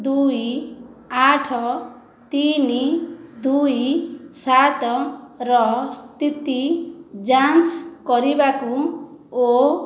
ଦୁଇ ଆଠ ତିନି ଦୁଇ ସାତର ସ୍ଥିତି ଯାଞ୍ଚ କରିବାକୁ ଓ